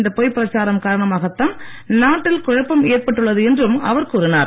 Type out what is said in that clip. இந்த பொய்ப்பிரச்சாரம் காரணமாகத் தான் நாட்டில் குழப்பம் எற்பட்டுள்ளது என்றும் அவர் கூறினார்